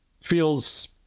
feels